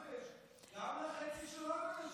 לומר שזו ממשלה גברית.